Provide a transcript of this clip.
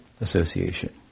Association